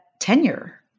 tenure